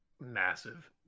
Massive